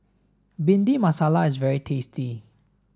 Bhindi Masala is very tasty